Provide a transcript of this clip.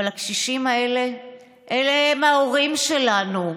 אבל הקשישים האלה הם ההורים שלנו.